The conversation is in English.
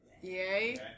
Yay